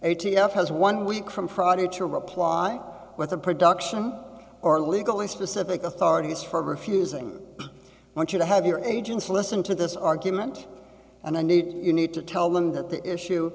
f has one week from friday to reply with a production or legally specific authorities for refusing want you to have your agents listen to this argument and i need you need to tell them that the issue